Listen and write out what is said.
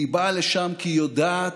והיא באה לשם כי היא יודעת